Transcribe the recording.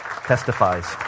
testifies